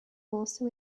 also